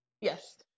Yes